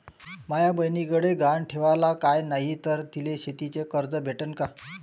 माया बयनीकडे गहान ठेवाला काय नाही तर तिले शेतीच कर्ज भेटन का?